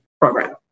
program